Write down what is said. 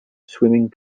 swimming